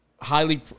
highly